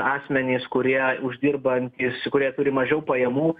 asmenys kurie uždirbantys kurie turi mažiau pajamų